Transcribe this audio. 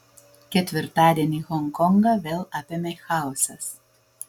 ketvirtadienį honkongą vėl apėmė chaosas